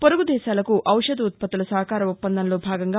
పొరుగు దేశాలకు ఔషధ ఉత్పత్తుల సహకార ఒప్పందంలో భాగంగా